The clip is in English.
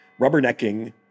rubbernecking